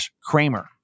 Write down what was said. Kramer